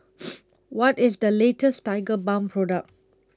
What IS The latest Tigerbalm Product